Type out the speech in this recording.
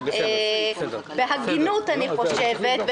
בהגינות אני חושבת,